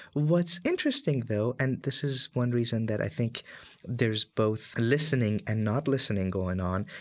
what's interesting, though, and this is one reason that i think there's both listening and not listening going on,